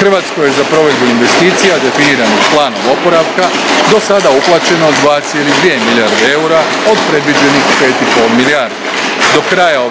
Hrvatskoj je za provedbu investicija definiranih Planom oporavka do sada uplaćeno 2,2 milijarde eura od predviđenih 5,5 milijardi. Do kraja 2023.